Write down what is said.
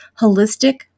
holistic